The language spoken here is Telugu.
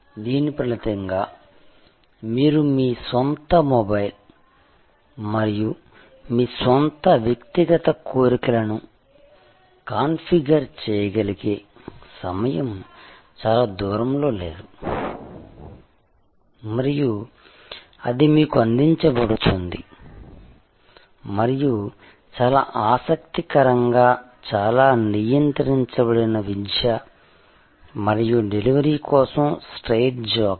దీని ఫలితంగా మీరు మీ స్వంత మొబైల్ మరియు మీ స్వంత వ్యక్తిగత కోరికలను కాన్ఫిగర్ చేయగలిగే సమయం చాలా దూరంలో లేదు మరియు అది మీకు అందించబడుతుంది మరియు చాలా ఆసక్తికరంగా చాలా నియంత్రించబడిన విద్య మరియు డెలివరీ కోసం స్ట్రెయిట్జాకెట్